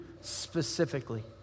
specifically